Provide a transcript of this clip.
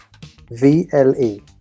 VLE